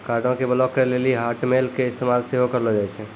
कार्डो के ब्लाक करे लेली हाटमेल के इस्तेमाल सेहो करलो जाय छै